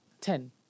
Ten